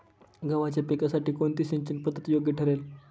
गव्हाच्या पिकासाठी कोणती सिंचन पद्धत योग्य ठरेल?